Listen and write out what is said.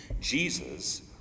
Jesus